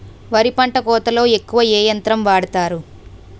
వరి పంట కోతలొ ఎక్కువ ఏ యంత్రం వాడతారు?